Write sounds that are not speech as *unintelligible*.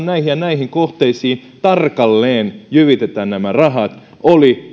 *unintelligible* näihin ja näihin kohteisiin tarkalleen jyvitetään nämä rahat oli